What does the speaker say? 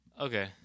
Okay